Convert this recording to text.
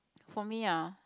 for me uh